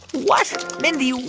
what? mindy,